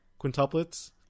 quintuplets